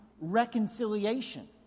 reconciliation